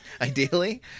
Ideally